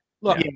Look